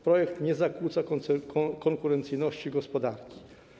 Projekt nie zakłóca konkurencyjności gospodarki.